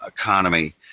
economy